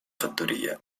fattoria